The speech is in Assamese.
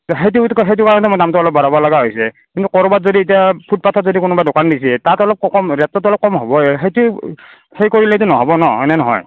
সেইটো সেইটো কাৰণে মই দামটো অলপ বঢ়াব লগা হৈছে কিন্তু ক'ৰবাত যদি এতিয়া ফুটপাথত যদি কোনোবাই দোকান দিছে তাত অলপ কম ৰেটটোতো অলপ কম হ'বই সেইটো হেৰি কৰিলেতো নহব ন' হয়নে নহয়